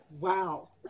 Wow